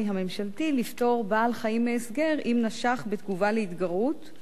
הממשלתי לפטור בעל-חיים מהסגר אם נשך בתגובה על התגרות,